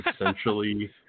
essentially